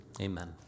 Amen